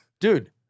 Dude